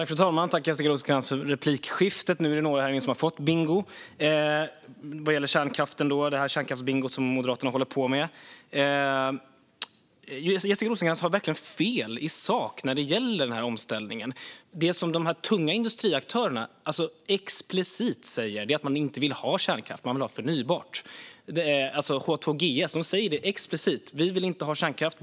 Fru talman! Tack, Jessica Rosencrantz, för replikskiftet! Nu är det några här inne som har fått bingo vad gäller kärnkraften; Moderaterna håller ju på med kärnkraftsbingo. Jessica Rosencrantz har verkligen fel i sak när det gäller omställningen. Det som de tunga industriaktörerna explicit säger är att de inte vill ha kärnkraft; de vill ha förnybart.